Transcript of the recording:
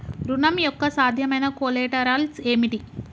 ఋణం యొక్క సాధ్యమైన కొలేటరల్స్ ఏమిటి?